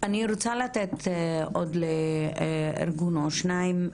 אני רוצה לתת לעוד ארגון או שניים.